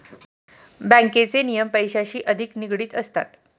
बँकेचे नियम पैशांशी अधिक निगडित असतात